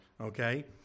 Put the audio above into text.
okay